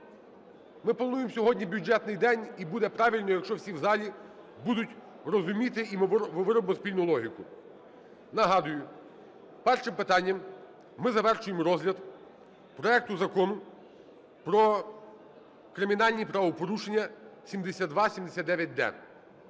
Ми плануємо сьогодні бюджетний день, і буде правильно, якщо всі в залі будуть розуміти і ми виробимо спільну логіку. Нагадую, першим питанням ми завершуємо розгляд проекту Закону про кримінальні правопорушення (7279-д).